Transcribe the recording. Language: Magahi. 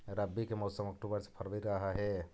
रब्बी के मौसम अक्टूबर से फ़रवरी रह हे